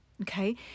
okay